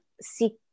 seek